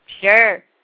Sure